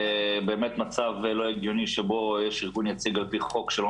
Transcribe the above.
באמת מצב לא הגיוני שבו יש ארגון יציג על פי חוק שלא